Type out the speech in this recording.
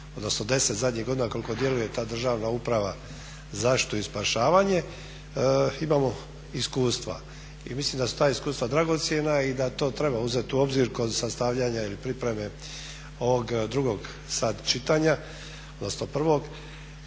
odnosno 10 zadnjih godina koliko djeluje ta Državna uprava za zaštitu i spašavanje imamo iskustva i mislim da su ta iskustva dragocjena i da to treba uzeti u obzir kod sastavljanja ili pripreme ovog drugog sada čitanja, odnosno prvog